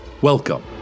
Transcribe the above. Welcome